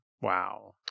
wow